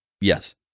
Yes